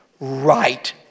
right